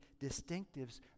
distinctives